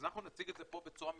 אז אנחנו נציג את זה פה בצורה מפורטת,